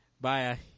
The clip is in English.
Bye